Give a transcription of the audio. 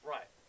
Right